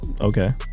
okay